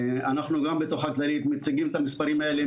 אנחנו גם בתוך כללית מציגים את המספרים האלו,